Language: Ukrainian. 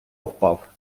впав